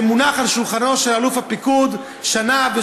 זה מונח על שולחנו של אלוף הפיקוד שנה,